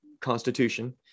constitution